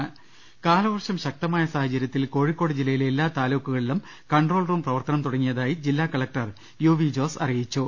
ള്ള്ടെടു കാലവർഷം ശക്തമായ സാഹചര്യത്തിൽ കോഴിക്കോട് ജില്ലയിലെ എ ല്ലാ താലൂക്കുകളിലും കൺട്രോൾ റൂം പ്രവർത്തനം തുടങ്ങിയതായി ജില്ലാ കളക്ടർ യു വി ജോസ് അറിയിച്ചു